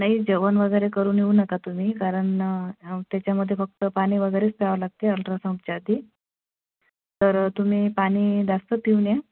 नाही जेवण वगैरे करून येऊ नका तुम्ही कारण त्याच्यामध्ये फक्त पाणी वगैरेच प्यावं लागतं आहे अल्ट्रासाउंडच्या आधी तर तुम्ही पाणी जास्त पिऊन या